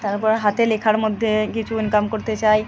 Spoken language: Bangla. তারপর হাতে লেখার মধ্যে কিছু ইনকাম করতে চায়